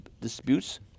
disputes